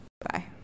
Bye